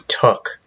took